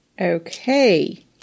okay